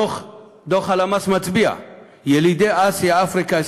דוח הלמ"ס מצביע כי ילידי אסיה ואפריקה,